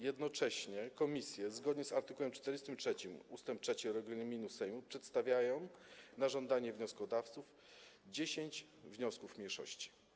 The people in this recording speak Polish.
Jednocześnie komisje zgodnie z art. 43 ust. 3 regulaminu Sejmu przedstawiają na żądanie wnioskodawców 10 wniosków mniejszości.